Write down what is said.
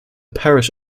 parish